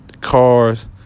cars